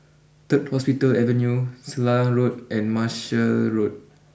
third Hospital Avenue Selarang Road and Marshall